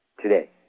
today